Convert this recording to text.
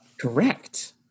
Correct